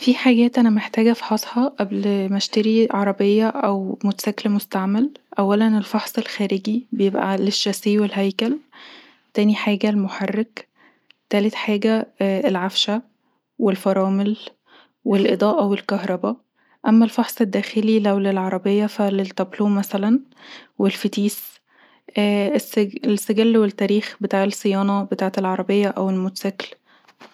فيه حاجات انا محتاجه افحصها قبل ما اشتري عربيه او موتوسيكل مستعمل، اولا الفحص الخارجي بيبقي علي الشاسيه والهيكل تاني حاجه المحرك، تالت حاجه العفشه والفرامل والاضاءة والكهربا اما الفحص الداخلي لو للعربيه فاللتابلو مثلا والفتيس، السجل والتاريخ بتاع الصيانة بتاعة العربية او الموتوسيكل